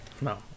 no